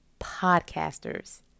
podcasters